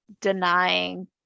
denying